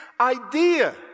idea